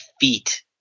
feet